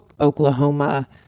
Oklahoma